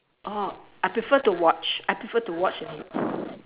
oh I prefer to watch I prefer to watch it